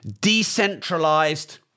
decentralized